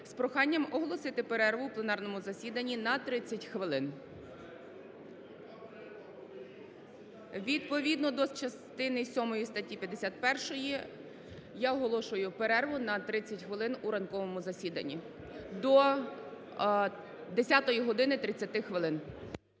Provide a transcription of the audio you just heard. з проханням оголосити перерву в пленарному засіданні на 30 хвилин. Відповідно до частини сьомої статті 51 я оголошую перерву на 30 хвилин у ранковому засіданні, до 10 години 30 хвилин.